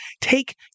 take